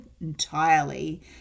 entirely